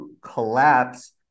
collapse